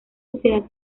sociedad